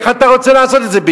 איך בדיוק אתה רוצה לעשות את זה?